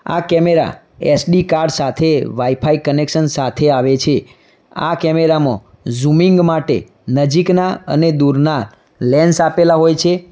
આ camera S D card સાથે wifi connection સાથે આવે છે આ કેમેરામાં ઝૂમીંગ માટે નજીકના અને દૂરના લેન્સ આપેલા હોય છે